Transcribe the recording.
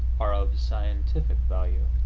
are of scientific value.